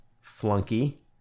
flunky